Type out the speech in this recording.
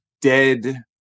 dead